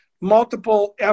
multiple